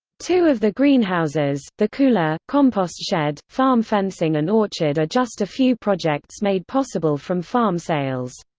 two of the greenhouses, the cooler, compost shed, farm fencing and orchard are just a few projects made possible from farm sales.